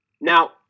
Now